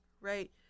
Right